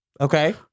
Okay